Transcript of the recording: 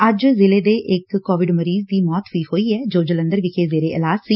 ਅੱਜ ਜ਼ਿਲੇ ਦੇ ਇਕ ਕੋਵਿਡ ਮਰੀਜ਼ ਦੀ ਮੌਤ ਵੀ ਹੋਈ ਏ ਜੋ ਜਲੰਧਰ ਵਿਖੇ ਜ਼ੇਰੇ ਇਲਾਜ ਸੀ